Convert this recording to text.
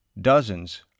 Dozens